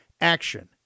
Action